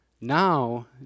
Now